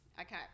okay